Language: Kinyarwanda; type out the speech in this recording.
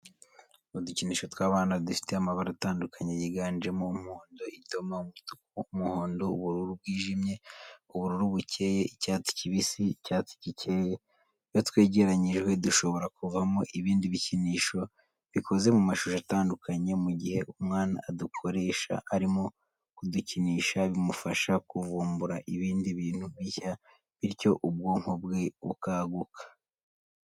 Udukinisho tw'abana dufite amabara atandukanye yiganjemo umuhondo, idoma, umutuku, umuhondo, ubururu bwijimye, ubururu bukeye, icyatsi kibisi, icyatsi gikeye, iyo twegeranyijwe dushobora kuvamo ibindi bikinisho bikozze mu mashusho atandukanye, mu gihe umwana adukoresha arimo kudukinisha bimufasha kuvumbura ibindi bintu bishya bityo ubwonko bwe bukaguka.